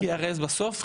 הרי בסוף,